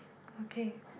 okay